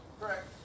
Correct